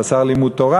שאסר לימוד תורה,